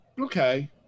okay